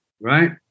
Right